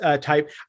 type